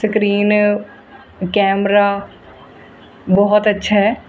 screen camera ਬਹੁਤ ਅੱਛਾ ਹੈ